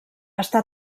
està